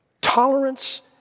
tolerance